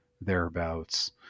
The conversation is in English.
thereabouts